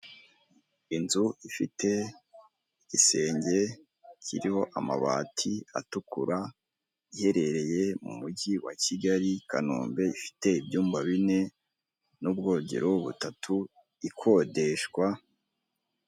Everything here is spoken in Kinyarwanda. Inzu ifite igisenge kiriho amabati atukura, iherereye mu mugi wa Kigali, i Kanombe ifite ibyumba bine, n'ubwogero butatu ikodeshwa,